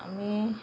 আমি